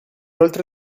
oltre